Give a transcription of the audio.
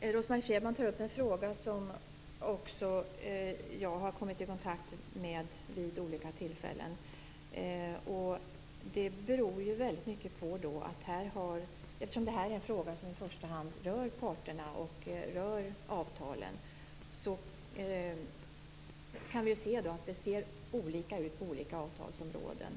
Herr talman! Rose-Marie Frebran tar upp en fråga som jag har kommit i kontakt med vid olika tillfällen. Det här är en fråga som i första hand berör parterna och avtalen, och vi kan finna att det ser olika ut på olika avtalsområden.